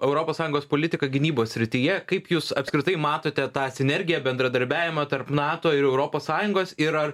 europos sąjungos politiką gynybos srityje kaip jūs apskritai matote tą sinergiją bendradarbiavimą tarp nato ir europos sąjungos ir ar